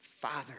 Father